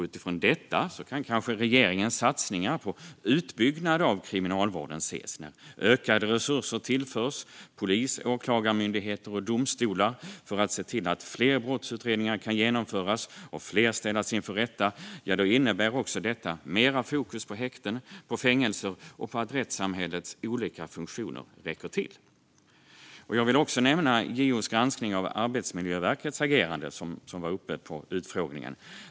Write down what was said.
Utifrån detta kan kanske regeringens satsningar på utbyggnad av Kriminalvården ses. Ökade resurser tillförs polis, åklagarmyndigheter och domstolar så att fler brottsutredningar kan genomföras och fler ställas inför rätta. Det innebär också mer fokus på häkten, fängelser och på att rättssamhällets olika funktioner räcker till. Jag vill också nämna JO:s granskning av Arbetsmiljöverkets agerande, som togs upp på utfrågningen.